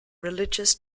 religious